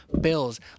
bills